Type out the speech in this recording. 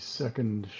second